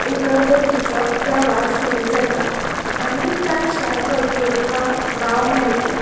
उदरगतीचो प्रवास सुरू जाता आनी तांच्या कर्तुत्वांक वाव मेळटा